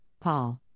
Paul